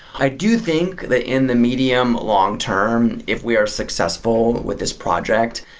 i do think that in the medium long-term, if we are successful with this project,